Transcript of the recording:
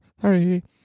Sorry